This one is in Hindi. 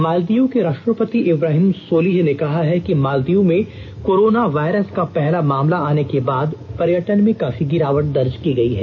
मालदीव के राष्ट्रपति इब्राहिम सोलिह ने कहा है कि मालदीव में कोरोना वायरस का पहला मामला आने के बाद पर्यटन में काफी गिरावट दर्ज की गई है